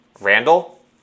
randall